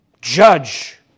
Judge